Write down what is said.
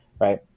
Right